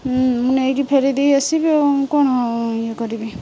ହୁଁ ମୁଁ ନେଇକି ଫେରେଇ ଦେଇକି ଆସିବି ଆଉ କ'ଣ ଇଏ କରିବି